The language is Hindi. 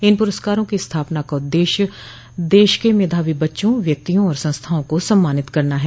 इन पुरस्कारों की स्थापना का उददेश्य देश के मेधावी बच्चा व्यक्तियों और संस्थाओं को सम्मानित करना है